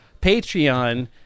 patreon